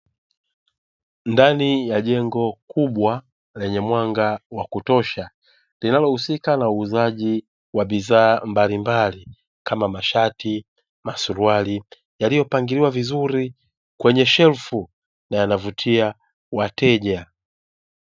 Ndani ya jengo kubwa lenye mwanga wa kutosha, linalohusika na uuzaji wa bidhaa mbalimbali kama: mashati na suruali; yaliyopangiliwa vizuri kwenye shelfu na yanavutia wateja.